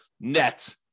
net